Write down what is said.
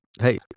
hey